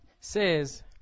says